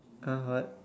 !huh! what